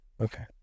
Okay